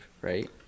right